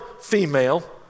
female